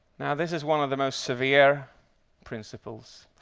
now, this is one of the most severe principles,